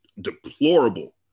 deplorable